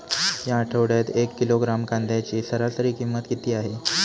या आठवड्यात एक किलोग्रॅम कांद्याची सरासरी किंमत किती आहे?